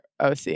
OC